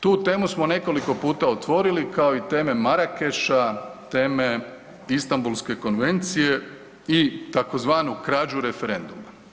Tu temu smo nekoliko puta otvorili kao i teme Marakeša, teme Istambulske konvencije i tzv. krađu referenduma.